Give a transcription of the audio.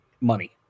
money